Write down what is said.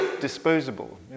disposable